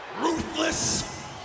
ruthless